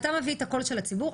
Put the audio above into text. אתה מביא את הקול של הציבור.